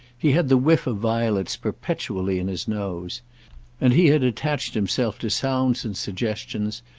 he had the whiff of violets perpetually in his nose and he had attached himself to sounds and suggestions,